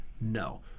no